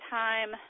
time